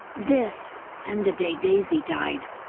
this and the day daisy died.